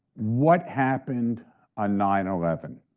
what happened on nine eleven?